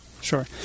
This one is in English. sure